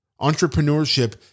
Entrepreneurship